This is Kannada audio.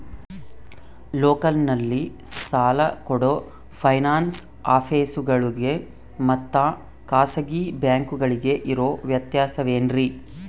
ಲೋಕಲ್ನಲ್ಲಿ ಸಾಲ ಕೊಡೋ ಫೈನಾನ್ಸ್ ಆಫೇಸುಗಳಿಗೆ ಮತ್ತಾ ಖಾಸಗಿ ಬ್ಯಾಂಕುಗಳಿಗೆ ಇರೋ ವ್ಯತ್ಯಾಸವೇನ್ರಿ?